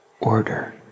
order